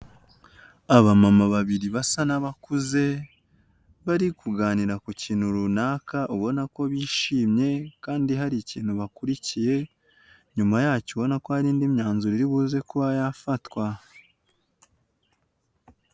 Abamama babiri basa n'abakuze bari kuganira ku kintu runaka ubona ko bishimye kandi hari ikintu bakurikiye, nyuma yacyo ubona ko hari indi myanzuro iribuze kuba yafatwa.